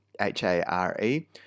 H-A-R-E